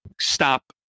stop